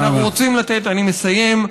אני מסיים.